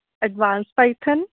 advance python